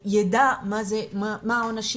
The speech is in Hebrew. יידע מה העונשים.